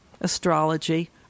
astrology